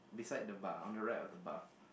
beside the bar on the right of the bar